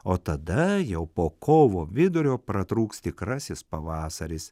o tada jau po kovo vidurio pratrūks tikrasis pavasaris